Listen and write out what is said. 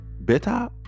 better